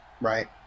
Right